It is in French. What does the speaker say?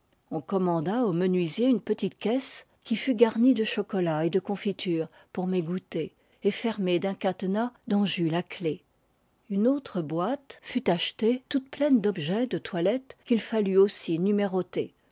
on commanda au menuisier une petite caisse qui fut garnie de chocolat et de confitures pour mes goûters et fermée d'un cadenas dont j'eus la clef une autre boîte fut achetée toute pleine d'objets de toilette qu'il fallut aussi numéroter